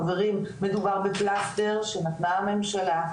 חברים, מדובר בפלסטר שנתנה הממשלה,